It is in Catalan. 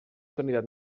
candidat